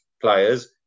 players